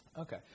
Okay